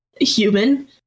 human